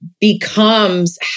becomes